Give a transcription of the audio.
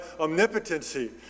omnipotency